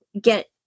get